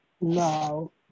No